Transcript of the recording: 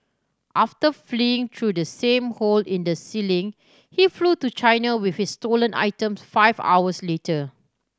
after fleeing through the same hole in the ceiling he flew to China with his stolen items five hours later